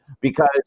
Because-